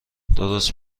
درست